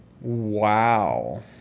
Wow